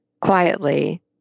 quietly